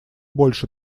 больше